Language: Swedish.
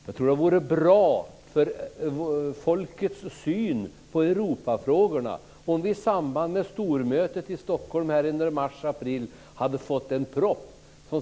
Jag tror att det vore bra för folkets syn på Europafrågorna om vi i samband med stormötet i Stockholm i mars eller april hade fått en proposition.